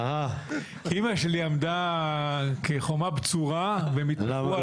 אימא שלי עמדה כחומה בצורה והם התפשרו על רם.